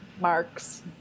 marks